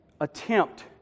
attempt